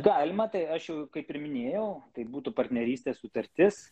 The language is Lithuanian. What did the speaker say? galima tai aš jau kaip ir minėjau tai būtų partnerystės sutartis